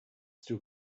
still